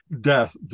death